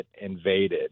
invaded